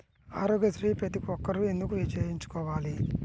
ఆరోగ్యశ్రీ ప్రతి ఒక్కరూ ఎందుకు చేయించుకోవాలి?